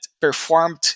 performed